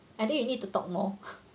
I think you need to talk more